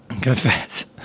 confess